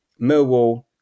Millwall